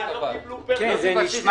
אדוני.